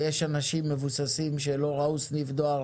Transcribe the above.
ויש אנשים מבוססים שלא ראו סניף דואר